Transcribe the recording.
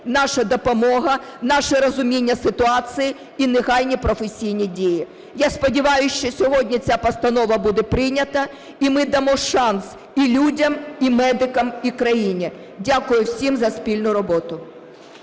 наша допомога, наше розуміння ситуації і негайні професійні дії. Я сподіваюсь, що сьогодні ця постанова буде прийнята і ми дамо шанс і людям, і медикам, і країні. Дякую всім за спільну роботу.